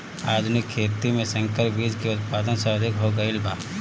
आधुनिक खेती में संकर बीज के उत्पादन सर्वाधिक हो गईल बा